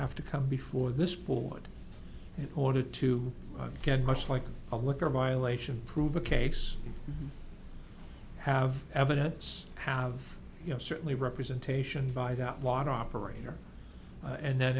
have to come before this board in order to get much like a look or a violation prove a case have evidence have you know certainly representation by the water operator and th